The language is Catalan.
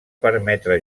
permetre